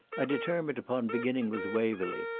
i determined upon beginning with waverley,